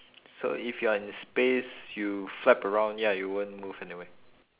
so if you're in the space you flap around ya you won't move anywhere